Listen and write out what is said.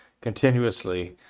continuously